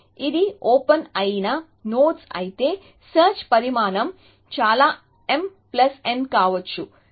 ఇది ఓపెన్ అయిన నోడ్స్ అయితే సెర్చ్ పరిమాణం చాలా m ప్లస్ n కావచ్చు